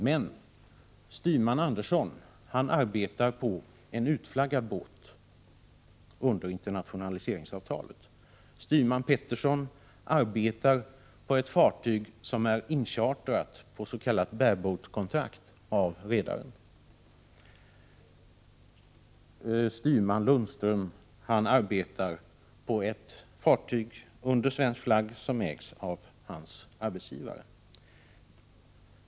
Men styrman Andersson arbetar på en utflaggad båt under internationaliseringsavtalet. Styrman Pettersson arbetar på ett fartyg som är inchartrat på s.k. bare-boatkontrakt av redaren. Styrman Lundström arbetar på ett fartyg under svensk flagg, som ägs av hans arbetsgivare.